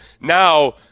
now